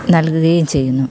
നൽകുകയും ചെയ്യുന്നു